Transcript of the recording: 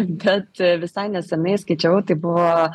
bet visai neseniai skaičiau tai buvo